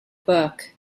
book